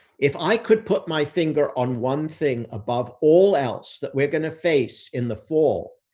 if i could put my finger on one thing above all else that we're going to face in the fall,